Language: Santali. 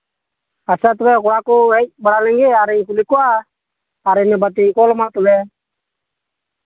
ᱟᱪᱪᱷᱟ ᱛᱚᱵᱮ ᱠᱚᱲᱟ ᱠᱚ ᱦᱮᱡ ᱵᱟᱲᱟ ᱞᱮᱱᱜᱮ ᱟᱨᱤᱧ ᱠᱩᱞᱤ ᱠᱚᱣᱟ ᱟᱨ ᱤᱱᱟᱹ ᱵᱟᱫᱽ ᱛᱮ ᱠᱚᱞᱟᱢᱟ ᱛᱟᱦᱞᱮ